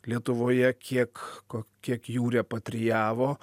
lietuvoje kiek ko kiek jų repatrijavo